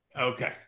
Okay